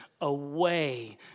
away